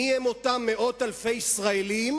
מיהם אותם מאות אלפי ישראלים